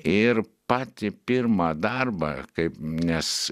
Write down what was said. ir patį pirmą darbą kaip nes